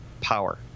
power